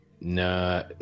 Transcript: No